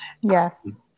Yes